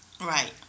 Right